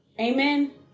Amen